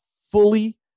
fully